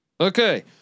okay